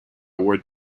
were